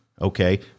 okay